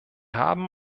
haben